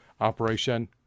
operation